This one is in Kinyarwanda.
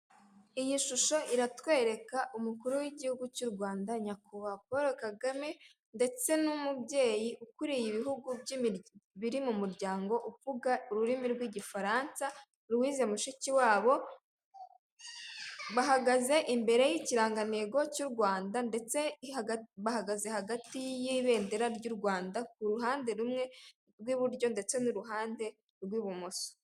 Iyi shusho iratwereka umukuru w'igihugu cy'u Rwanda, nyakubahwa Paul Kagame ndetse n'umubyeyi ukuriye ibihugu biri mu muryango uvuga ururimi rw'igifaransa, Louise Mushikiwabo. Bahagaze imbere y'ikirangantego cy'u Rwanda ndetse bahagaze hagati y'ibendera ry'u Rwanda, ku ruhande rumwe rw'iburyo ndetse n'uruhande rw'ibumoso.